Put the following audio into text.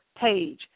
page